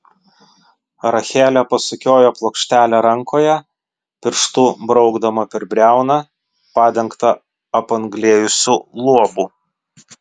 rachelė pasukiojo plokštelę rankoje pirštu braukdama per briauną padengtą apanglėjusiu luobu